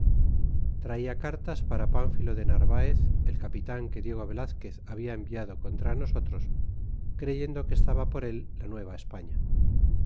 traia cartas para panfilo de narvaez el capitan que diego velazquez habla enviado contra nosotros creyendo que estaba por él la